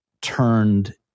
turned